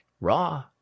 Raw